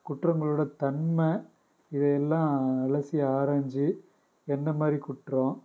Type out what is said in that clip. குற்றங்களோடய தன்மை இவையெல்லாம் அலசி ஆராய்ஞ்சு என்ன மாதிரி குற்றம்